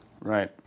Right